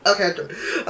Okay